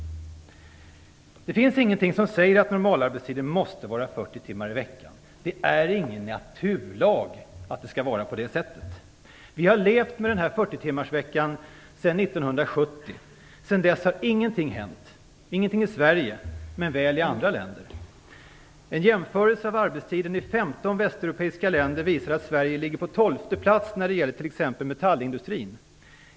Det finns ingenting som säger att normalarbetstiden måste vara 40 timmar i veckan. Det finns ingen naturlag som säger att det skall vara så. Vi har levt med 40-timmarsveckan sedan 1970. Sedan dess har ingenting hänt i Sverige, men väl i andra länder. I en jämförelse med 15 västeuropeiska länder är Sverige på tolfte plats när det gäller metallindustrin.